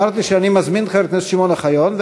אמרתי שאני מזמין את חבר הכנסת שמעון אוחיון,